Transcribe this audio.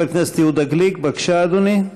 חבר הכנסת יהודה גליק, בבקשה, אדוני.